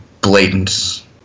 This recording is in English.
blatant